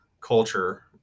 culture